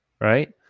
right